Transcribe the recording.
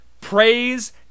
praise